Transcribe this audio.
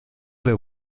the